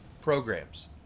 programs